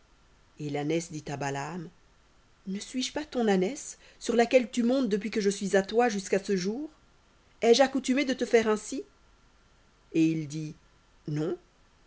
et l'ânesse dit à balaam ne suis-je pas ton ânesse sur laquelle tu montes depuis que je suis à toi jusqu'à ce jour ai-je accoutumé de te faire ainsi et il dit non